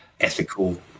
ethical